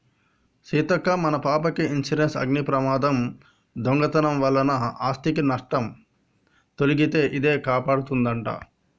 సీతక్క మన పాపకి ఇన్సురెన్సు అగ్ని ప్రమాదం, దొంగతనం వలన ఆస్ధికి నట్టం తొలగితే ఇదే కాపాడదంట